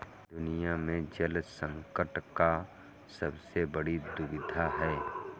दुनिया में जल संकट का सबसे बड़ी दुविधा है